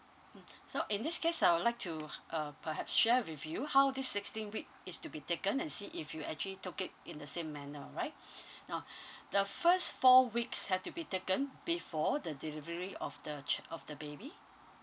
mm so in this case I would like to uh perhaps share with you how this sixteen week is to be taken and see if you actually took it in the same manner right now the first four weeks have to be taken before the delivery of the ch~ of the baby